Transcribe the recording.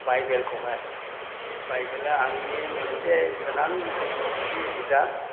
बाइबेलखौहाय बाइबेला आंनि मोनसे गोनांथि बिजाब